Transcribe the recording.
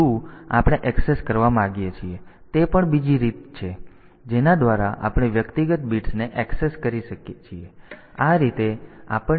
તેથી તે પણ બીજી રીત છે જેના દ્વારા આપણે વ્યક્તિગત બિટ્સને ઍક્સેસ કરી શકીએ છીએ